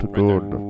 good